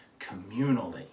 communally